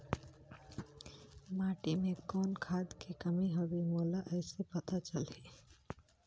माटी मे कौन खाद के कमी हवे मोला कइसे पता चलही?